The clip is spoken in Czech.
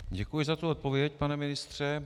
Děkuji za odpověď, pane ministře.